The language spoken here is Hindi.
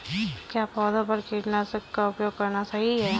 क्या पौधों पर कीटनाशक का उपयोग करना सही है?